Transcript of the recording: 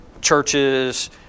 churches